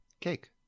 Cake